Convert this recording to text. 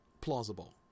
plausible